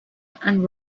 and